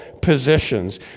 positions